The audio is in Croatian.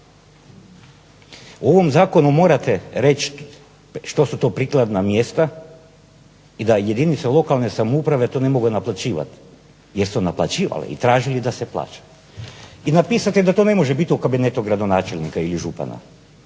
U ovom zakonu morate reći što su to prikladna mjesta i da jedinice lokalne samouprave to ne mogu naplaćivati jer su naplaćivale i tražili da se plaća. I napisati da to ne može biti u kabinetu gradonačelnika ili župana.